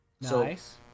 Nice